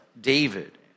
David